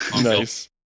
Nice